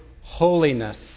holiness